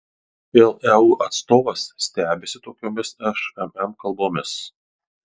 leu atstovas stebisi tokiomis šmm kalbomis